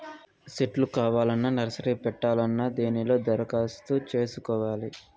సెట్లు కావాలన్నా నర్సరీ పెట్టాలన్నా దీనిలో దరఖాస్తు చేసుకోవచ్చు